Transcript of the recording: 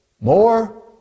More